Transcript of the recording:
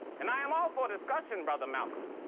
and i am all for discussion, brother malcolm.